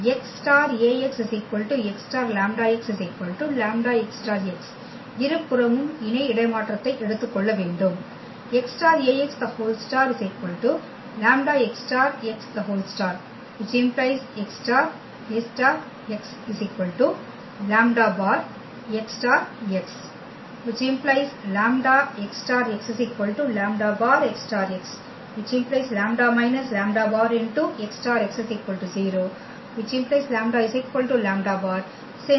Ax λx ⇒ x∗Ax x∗λx λx∗x இருபுறமும் இணை இடமாற்றத்தை எடுத்துக்கொள்ளவேண்டும் x∗Ax ∗ λx∗x∗ ⇒x∗A∗x λ̅ x∗x ⟹ λx∗x λ̅ x∗x ⇒ λ − λ̅ x∗x 0 ⇒ λ λ̅ since x∗x ≠ 0